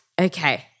Okay